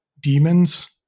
Demons